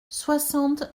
soixante